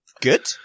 Good